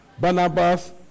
Barnabas